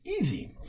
easy